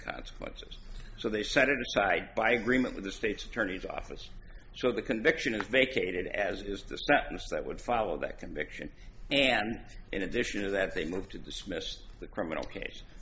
consequences so they set it aside by agreement with the state's attorney's office so the conviction is vacated as is the status that would follow that conviction and in addition to that they move to dismiss the criminal case